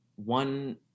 one